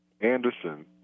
Anderson